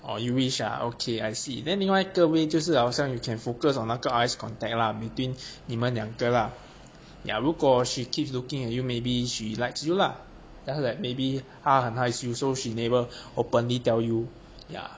or you wish uh okay I see then 另外一个 way 就是好像 you can focus on 那个 eyes contact lah between 你们两个啦 ya 如果 she keeps looking at you maybe she likes you lah just that maybe 她很害羞 so she never openly tell you yeah